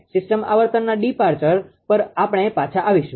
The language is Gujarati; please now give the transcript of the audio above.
સીસ્ટમ આવર્તનના ડિપાર્ચર પર આપણે પછી આવીશું